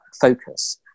focus